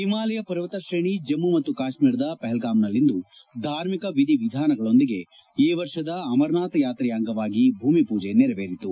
ಹಿಮಾಲಯ ಪರ್ವತ ತ್ರೇಣಿ ಜಮ್ನ ಮತ್ತು ಕಾಶ್ವೀರದ ಪಹಲ್ಲಾಂನಲ್ಲಿಂದು ಧಾರ್ಮಿಕ ವಿಧಿವಿಧಾನಗಳೊಂದಿಗೆ ಈ ವರ್ಷದ ಅಮರನಾಥಯಾತ್ರೆಯ ಅಂಗವಾಗಿ ಭೂಮಿ ಪೂಜೆ ನೆರವೇರಿತು